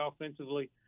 offensively